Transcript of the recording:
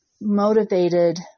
motivated